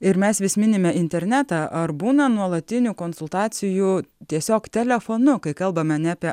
ir mes vis minime internetą ar būna nuolatinių konsultacijų tiesiog telefonu kai kalbame ne apie